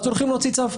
אז הולכים להוציא צו.